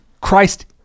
Christ